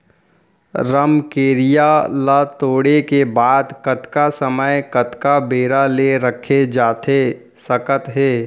रमकेरिया ला तोड़े के बाद कतका समय कतका बेरा ले रखे जाथे सकत हे?